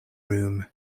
room